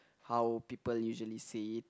how people usually say it